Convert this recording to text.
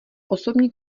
osobní